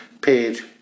Page